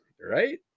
right